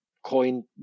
coin